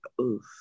oof